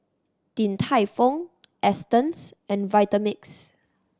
Din Tai Fung Astons and Vitamix